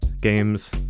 games